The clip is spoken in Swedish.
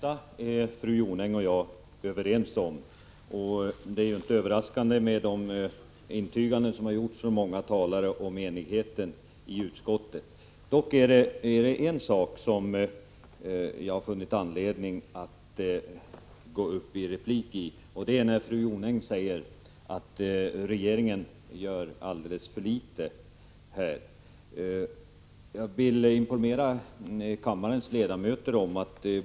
Herr talman! Jag kan fatta mig mycket kort. Det mesta är fru Jonäng och jag överens om. Många talare har också vitsordat enigheten inom utskottet. Dock är det ett uttalande av fru Jonäng som jag har funnit anledning att replikera, och det är när hon säger att regeringen inte tillräckligt kraftfullt har fördömt regimen i Iran.